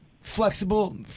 flexible